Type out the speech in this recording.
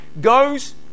goes